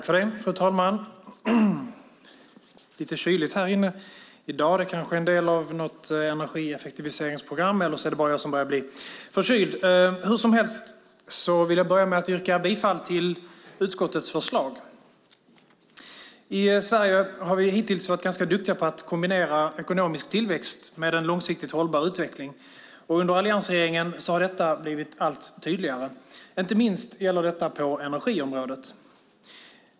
Fru talman! Det är lite kyligt härinne i dag. Det kanske är en del av något energieffektiviseringsprogram, eller så är det bara jag som börjar bli förkyld. Jag börjar med att yrka bifall till utskottets förslag. I Sverige har vi hittills varit ganska duktiga på att kombinera ekonomisk tillväxt med en långsiktigt hållbar utveckling. Under alliansregeringen har detta blivit allt tydligare. Inte minst gäller det energiområdet.